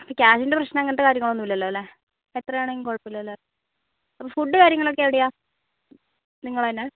ക്യാഷിൻറ്റ പ്രശ്നം അങ്ങനത്തെ കാര്യങ്ങൾ ഒന്നും ഇല്ലല്ലോ അല്ലേ എത്ര ആണേലും കുഴപ്പം ഇല്ലല്ലേ അപ്പം ഫുഡ്ഡ് കാര്യങ്ങൾ ഒക്കെ എവിടെയാണ് നിങ്ങൾ തന്നെ